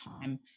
time